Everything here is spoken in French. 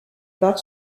part